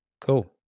Cool